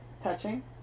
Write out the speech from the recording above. Touching